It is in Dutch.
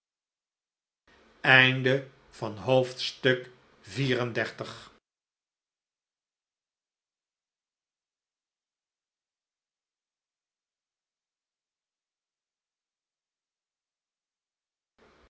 voorkomen van het